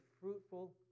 fruitful